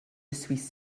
suis